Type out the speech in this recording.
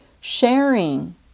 sharing